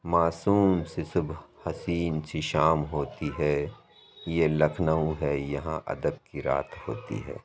معصوم سی صُبح حسین سی شام ہوتی ہے یہ لکھنؤ ہے یہاں ادب کی رات ہوتی ہے